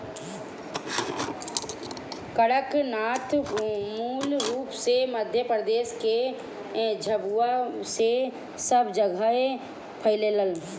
कड़कनाथ मूल रूप से मध्यप्रदेश के झाबुआ से सब जगेह फईलल